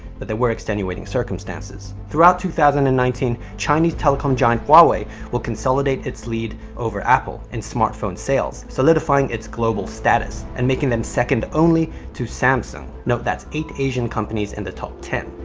but there were extenuating circumstances. throughout two thousand and nineteen, chinese telecom giant huawei will consolidate its lead over apple in smartphone sales, solidifying its global status and making them second only to samsung. note that's eight asian companies in the top ten.